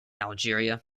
algeria